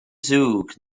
zug